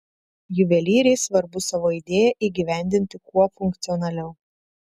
juvelyrei svarbu savo idėją įgyvendinti kuo funkcionaliau